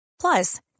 Plus